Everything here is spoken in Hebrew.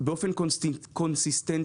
עו"ד עמרי גולן מהלשכה המשפטית של